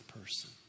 person